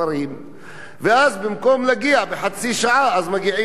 ואז במקום להגיע בחצי שעה מגיעים בשעתיים.